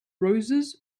roses